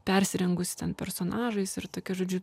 persirengusi ten personažais ir tokiu žodžiu